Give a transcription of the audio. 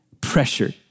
pressure